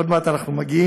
עוד מעט אנחנו מגיעים,